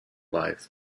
life